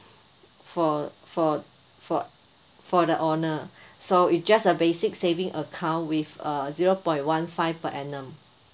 for for for for the owner so it just a basic saving account with uh zero point one five per annum